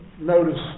Notice